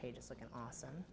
pages like an awesome